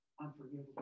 unforgivable